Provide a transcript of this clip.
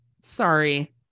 Sorry